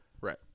right